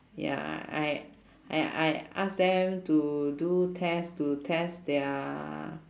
ya I I I ask them to do test to test their